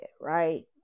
Right